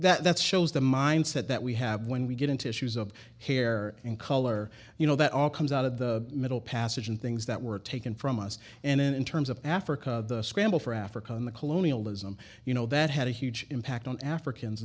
that shows the mindset that we have when we get into issues of care and color you know that all comes out of the middle passage and things that were taken from us and in terms of africa scramble for africa on the colonialism you know that had a huge impact on africans